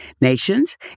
Nations